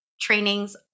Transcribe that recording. trainings